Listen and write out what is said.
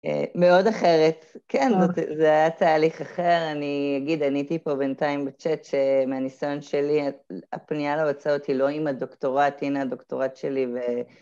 מאוד אחרת, כן, זה היה תהליך אחר, אני אגיד, עניתי פה בינתיים בצ'אט שמהניסיון שלי הפנייה להוצאות היא לא עם הדוקטורט, הנה הדוקטורט שלי ו...